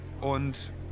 und